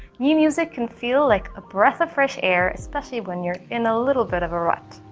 new music can feel like a breath of fresh air especially when you're in a little bit of a rut.